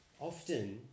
Often